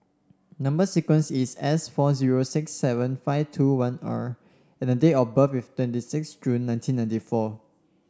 number sequence is S four zero six seven five two one R and the date of birth is twenty six June nineteen ninety four